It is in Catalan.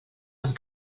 amb